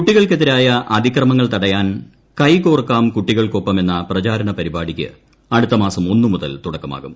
കുട്ടികൾക്കെത്തിരായി അതിക്രമങ്ങൾ തടയാൻ ന് കൈകോർക്കാം കുട്ടികൾക്കൊപ്പം എന്ന പ്രചാരണ പരിപാടിക്ക് അടുത്ത മാസം ഒന്ന് മുതൽ തുടക്കമാകും